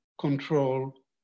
control